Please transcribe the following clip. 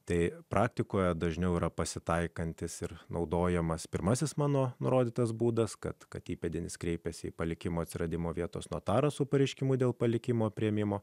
tai praktikoje dažniau yra pasitaikantis ir naudojamas pirmasis mano nurodytas būdas kad kad įpėdinis kreipiasi į palikimo atsiradimo vietos notarą su pareiškimu dėl palikimo priėmimo